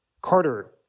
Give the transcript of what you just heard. Carter